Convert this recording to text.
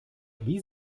wie